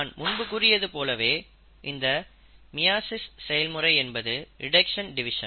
நான் முன்பு கூறியது போலவே இந்த மியாசிஸ் செயல்முறை என்பது ரிடக்சன் டிவிஷன்